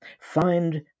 find